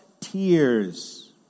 tears